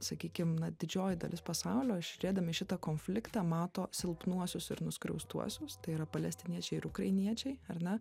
sakykim na didžioji dalis pasaulio žiūrėdami į šitą konfliktą mato silpnuosius ir nuskriaustuosius tai yra palestiniečiai ir ukrainiečiai ar ne